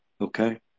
Okay